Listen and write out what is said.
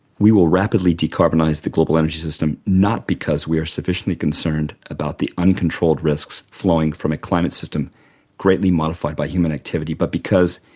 we will rapidly de-carbonize the global energy system not because we are sufficiently concerned about the uncontrolled risks flowing from a climate system greatly modified by human activity but because,